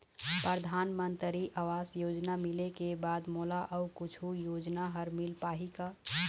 परधानमंतरी आवास योजना मिले के बाद मोला अऊ कुछू योजना हर मिल पाही का?